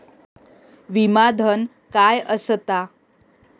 विमा धन काय असता?